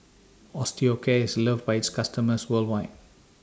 Osteocare IS loved By its customers worldwide